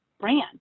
brand